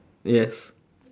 yes